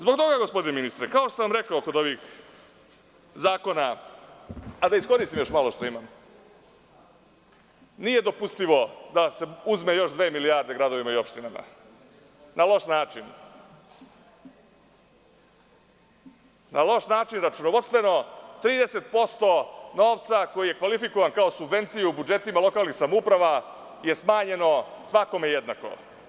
Zbog toga, gospodine ministre, kao što sam rekao kod ovih zakona, nije dopustivo da se uzme još dve milijarde gradovima i opštinama na loš način, računovodstveno, 30% novca koji je kvalifikovan kao subvencija u budžetima lokalnih samouprava je smanjeno svakome jednako.